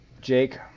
Jake